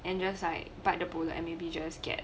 and just like bite the bullet and maybe just get